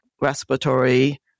respiratory